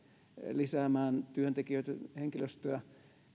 lisäämään työntekijöitä henkilöstöä